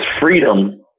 freedom